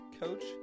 coach